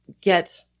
get